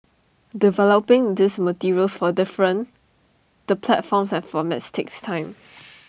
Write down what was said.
developing these materials for different the platforms and formats takes time